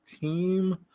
team